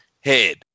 head